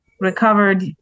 recovered